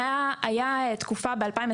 הייתה תקופה ב-2021,